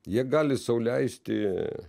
jie gali sau leisti